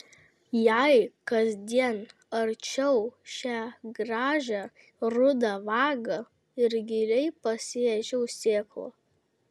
jei kasdien arčiau šią gražią rudą vagą ir giliai pasėčiau sėklą